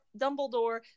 Dumbledore